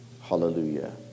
Hallelujah